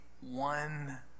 one